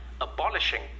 abolishing